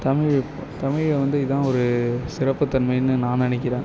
தமிழ் தமிழ்ல வந்து இதுதான் ஒரு சிறப்பு தமிழ்ன்னு நான் நினைக்கிறேன்